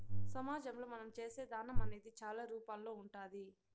సమాజంలో మనం చేసే దానం అనేది చాలా రూపాల్లో ఉంటాది